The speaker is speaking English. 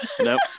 Nope